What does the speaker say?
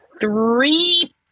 three